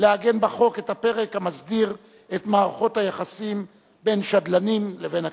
לעגן בחוק את הפרק המסדיר את מערכות היחסים בין שדלנים לבין הכנסת.